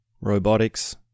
Robotics